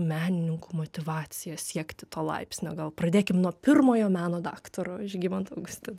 menininkų motyvacija siekti to laipsnio gal pradėkim nuo pirmojo meno daktaro žygimanto augustino